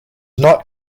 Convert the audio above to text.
not